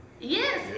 Yes